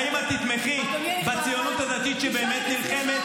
האם את תתמכי בציונות הדתית, שבאמת נלחמת?